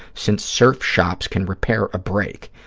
since surf shops can repair a break,